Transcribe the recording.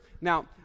Now